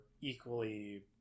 equally